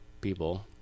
people